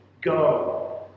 go